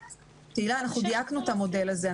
תהלה, אנחנו דייקנו את המודל הזה.